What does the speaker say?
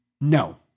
No